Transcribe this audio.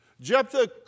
Jephthah